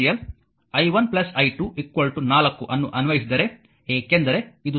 KCL i 1 i2 4 ಅನ್ನು ಅನ್ವಯಿಸಿದರೆ ಏಕೆಂದರೆ